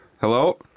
Hello